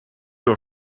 your